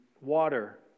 Water